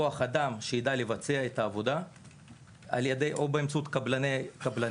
כוח אדם שידע לבצע את העבודה או באמצעות קבלנים.